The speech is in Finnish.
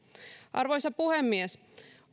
arvoisa puhemies